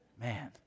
Man